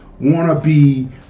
wannabe